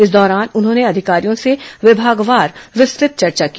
इस दौरान उन्होंने अधिकारियों से विभागवार विस्तृत चर्चा की